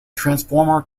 transformers